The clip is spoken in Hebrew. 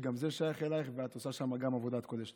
שגם זה שייך אלייך, ואת עושה גם שם עבודת קודש.